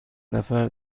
نفر